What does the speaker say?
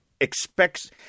expects